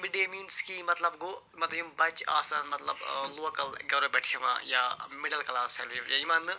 mid day meal scheme مطلب گوٚو مطلب یِم بَچہٕ آسان مطلب لوکَل گَرَو پٮ۪ٹھ چھِ یِوان یا مِڈَل کَلاس یا یِمَن نہٕ